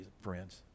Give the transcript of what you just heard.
friends